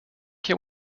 can